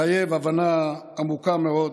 זה מחייב הבנה עמוקה מאוד,